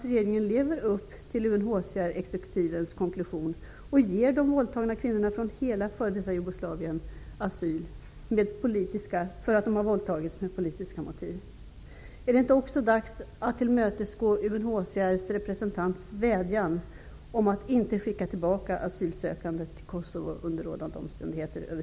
Jugoslavien ges asyl, eftersom de har våldtagits av politiska motiv? Är det inte också dags att tillmötesgå UNHCR:s representants vädjan om att inte över huvud taget skicka tillbaka asylsökande till Kosovo under rådande omständigheter?